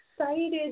excited